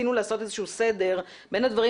ניסינו לעשות איזשהו סדר בין הדברים